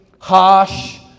harsh